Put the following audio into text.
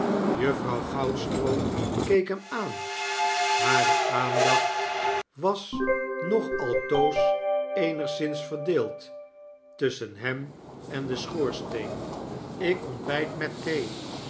juffrouw goudstroo keek hem aan hare aandacht was nog altoos eenigszins verdeeldtusschen hem en den schoorsteen jk ontbijt met thee